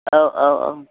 औ औ औ